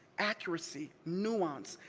accuracy, nuance,